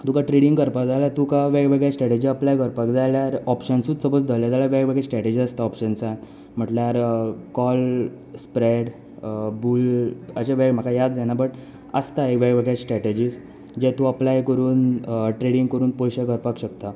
तुका ट्रेडींग करपा जाय जाल्यार तुका वेगवेगळे स्ट्रेटजी अप्लाय करपा जाय जाल्यार ऑप्शनसूच सपोज धरले जाल्यार वेगवेगळे स्ट्रेटजीस आसता ऑप्शन्सान म्हटल्यार कॉल स्प्रेड बूल अशे वेगवेगळे म्हाका याद जायना बट आसता वेगवेगळे स्ट्रेटजीस जे तूं अप्लाय करून ट्रेडींग करून तूं पयशे करपा शकता